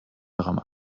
daran